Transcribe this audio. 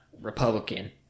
Republican